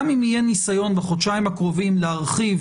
גם אם יהיה ניסיון בחודשיים הקרובים להרחיב